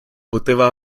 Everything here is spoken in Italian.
poteva